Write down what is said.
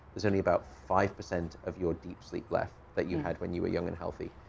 there's only about five percent of your deep sleep left that you had when you were young and healthy.